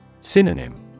Synonym